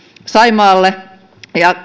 saimaalle ja